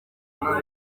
kubana